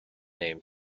name